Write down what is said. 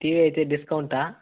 TV అయితే డిస్కౌంటా